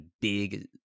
big